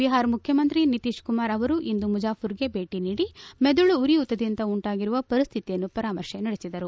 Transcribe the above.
ಬಿಹಾರ ಮುಖ್ಯಮಂತ್ರಿ ನಿತೀಶ್ ಕುಮಾರ್ ಅವರು ಇಂದು ಮುಜಾಫರ್ಮರ್ಗೆ ಭೇಟಿ ನೀಡಿ ಮೆದುಳು ಉರಿಯೂತದಿಂದ ಉಂಟಾಗಿರುವ ಪರಿಸ್ಲಿತಿಯನ್ನು ಪರಾಮರ್ತೆ ನಡೆಸಿದರು